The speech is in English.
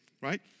Right